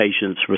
patients